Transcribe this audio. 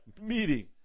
meeting